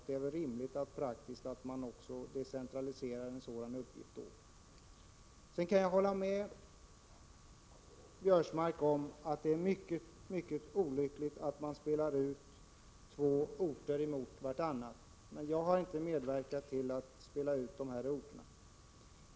Det är väl rimligt och praktiskt att man också decentraliserar en sådan uppgift. Jag kan hålla med Karl-Göran Biörsmark om att det är mycket olyckligt att man spelar ut två orter mot varandra. Men jag har inte medverkat till att göra detta.